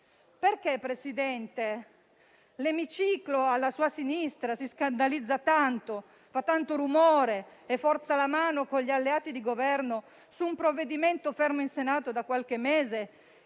Signor Presidente, perché l'emiciclo alla sua sinistra si scandalizza tanto, fa tanto rumore e forza la mano con gli alleati di Governo su un provvedimento fermo in Senato da qualche mese